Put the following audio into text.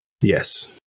yes